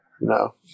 No